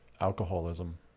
alcoholism